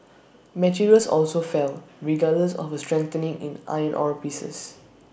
materials also fell regardless of A strengthening in iron ore prices